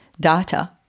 data